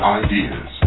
ideas